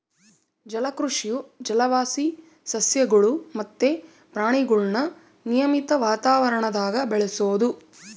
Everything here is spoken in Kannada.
ಜಲಕೃಷಿಯು ಜಲವಾಸಿ ಸಸ್ಯಗುಳು ಮತ್ತೆ ಪ್ರಾಣಿಗುಳ್ನ ನಿಯಮಿತ ವಾತಾವರಣದಾಗ ಬೆಳೆಸೋದು